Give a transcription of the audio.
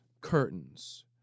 curtains